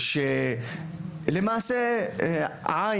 למעשה ע',